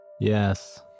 Yes